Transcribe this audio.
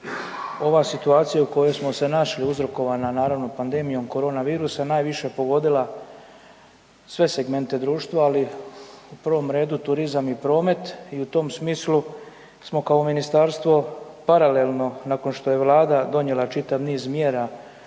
ova situacija u kojoj smo se našli uzrokovana naravno pandemijom korona virusa najviše pogodila sve segmente društva, ali u prvom redu turizam i promet i u tom smislu smo kao ministarstvo paralelno nakon što je Vlada donijela čitav niz mjera